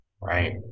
Right